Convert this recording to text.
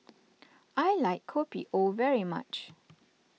I like Kopi O very much